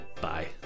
Bye